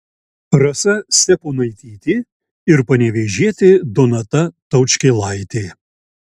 rasa steponaitytė ir panevėžietė donata taučkėlaitė